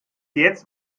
jetzt